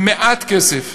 במעט כסף,